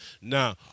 Now